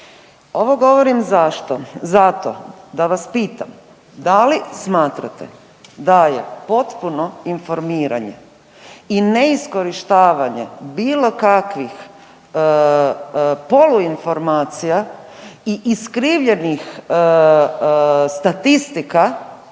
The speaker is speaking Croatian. Ovo govorim zašto? Zato da vas pitam da li smatrate da je potpuno informiranje i neiskorištavanje bilo kakvih polu informacija i iskrivljenih statistika,